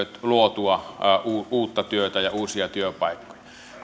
luotua uutta työtä ja uusia työpaikkoja